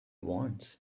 wants